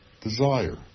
desire